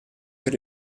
per